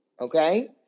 okay